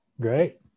great